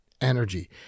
energy